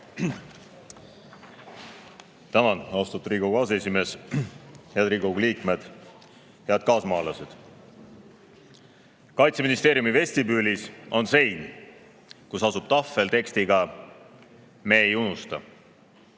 Tänan, austatud Riigikogu aseesimees! Head Riigikogu liikmed! Head kaasmaalased! Kaitseministeeriumi vestibüülis on sein, kus asub tahvel tekstiga "Me ei unusta".